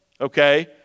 Okay